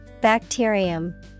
Bacterium